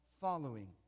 following